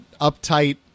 uptight